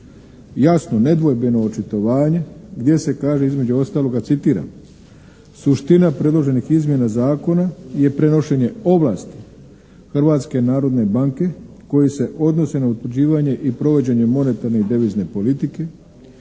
jasno nedvojbeno očitovanje gdje se kaže između ostaloga citiram: “Suština predloženih izmjena zakona je prenošenje ovlasti Hrvatske narodne banke koji se odnose na utvrđivanje i provođenje monetarne i devizne politike,